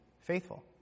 faithful